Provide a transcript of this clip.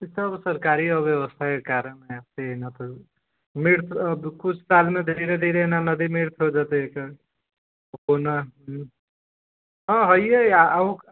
ई सब सरकारी अव्यवस्था के कारण है ऐसे न कि मिक्स कुछ साल मे धीरे धीरे नदी मृत हो जेतै हॅं हैये आउक